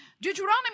Deuteronomy